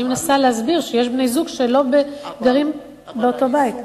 אני מנסה להסביר שיש בני-זוג שלא גרים באותו בית.